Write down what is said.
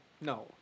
no